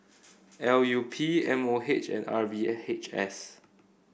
L U P M O H and R V H S